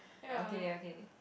okay okay